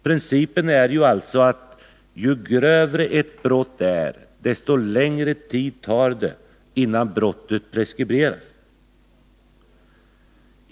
Principen är alltså att ju grövre ett brott är, desto längre tid tar det innan brottet preskriberas.